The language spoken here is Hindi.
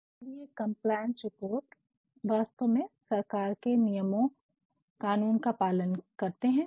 अब ये कंप्लायंस रिपोर्ट वास्तव में सरकार के नियमों कानून का पालन करते हैं